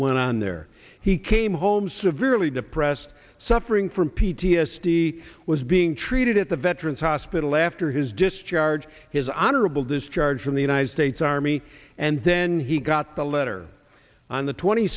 went on there he came home severely depressed suffering from p t s d was being treated at the veterans hospital after his discharge his honorable discharge from the united states army and then he got the letter on the twenty